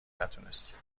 نتونستیم